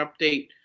update